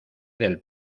del